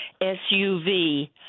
SUV